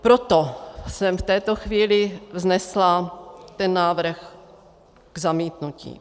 Proto jsem v této chvíli vznesla návrh k zamítnutí.